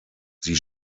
sie